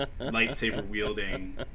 lightsaber-wielding